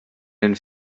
den